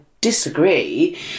disagree